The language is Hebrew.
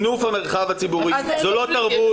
זאת לא תרבות.